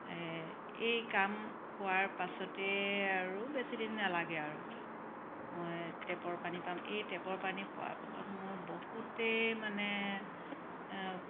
এই কাম হোৱাৰ পাছতে আৰু বেছিদিন নালাগে আৰু মই টেপৰ পানী পাম এই টেপৰ পানী পোৱাৰ ফলত মোৰ বহুতেই মানে